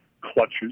clutches